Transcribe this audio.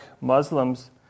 Muslims